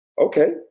okay